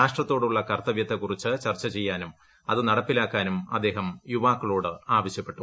രാഷ്ട്രത്തോടുള്ള കർത്തവ്യത്തെ കുറിച്ച് ചർച്ച ചെയ്യാനും അത് നടപ്പിലാക്കാനും അദ്ദേഹം യുവാക്കളോട് ആവശ്യപ്പെട്ടു